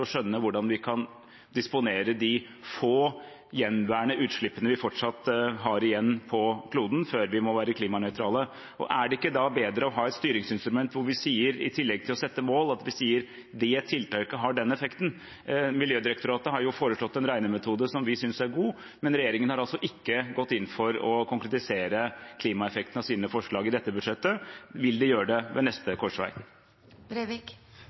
skjønne hvordan vi kan disponere de få gjenværende utslippene vi fortsatt har igjen på kloden før vi må være klimanøytrale, nesten er viktigere enn hvordan vi fordeler kroner og ører i samfunnet. Er det ikke da bedre å ha et styringsinstrument hvor vi – i tillegg til å sette mål – sier «det tiltaket har den effekten»? Miljødirektoratet har foreslått en regnemetode som vi synes er god, men regjeringen har ikke gått inn for å konkretisere klimaeffekten av sine forslag i dette budsjettet. Vil de gjøre det ved